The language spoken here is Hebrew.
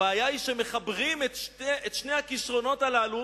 הבעיה היא, כשמחברים את שני הכשרונות הללו